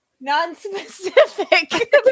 non-specific